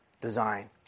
design